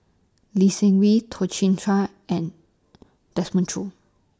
Lee Seng Wee Toh Chin Chye and Desmond Choo